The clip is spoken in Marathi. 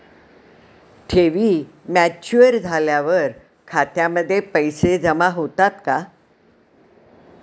ठेवी मॅच्युअर झाल्यावर खात्यामध्ये पैसे जमा होतात का?